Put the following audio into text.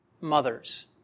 mothers